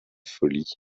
folie